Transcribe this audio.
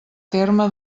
terme